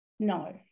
No